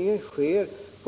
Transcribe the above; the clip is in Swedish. och i det planerade valsverket.